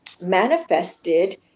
manifested